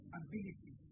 ability